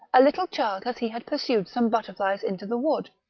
a little child as he had pursued some butterflies into the wood.